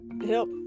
help